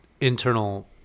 internal